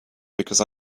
because